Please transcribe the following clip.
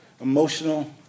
emotional